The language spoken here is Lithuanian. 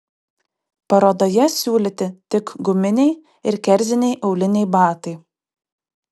parodoje siūlyti tik guminiai ir kerziniai auliniai batai